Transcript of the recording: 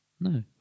No